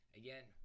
again